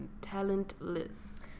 talentless